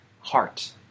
heart